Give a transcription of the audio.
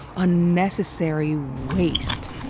unnecessary waste.